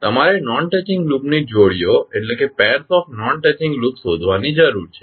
હવે તમારે non touching લૂપની જોડીઓ શોધવાની જરૂર છે